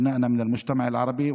ובעיקר לבנינו מהחברה הערבית,